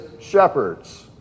shepherds